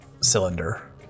cylinder